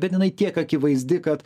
bet jinai tiek akivaizdi kad